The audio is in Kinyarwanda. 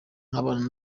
nk’abana